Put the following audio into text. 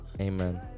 Amen